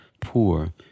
poor